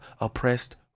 oppressed